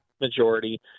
majority